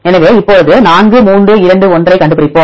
எனவே இப்போது 4 3 2 1 ஐக் கண்டுபிடிப்போம்